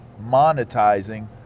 monetizing